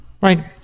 Right